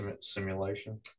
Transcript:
simulation